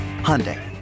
Hyundai